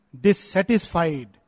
dissatisfied